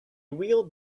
wheeled